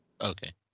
Okay